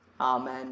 Amen